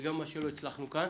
וגם מה שלא הצלחנו כאן.